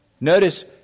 Notice